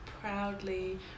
proudly